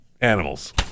animals